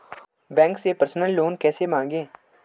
Bank से personal loan कैसे मांगें?